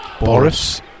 Boris